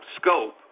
scope